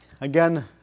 Again